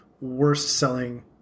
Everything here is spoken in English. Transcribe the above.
worst-selling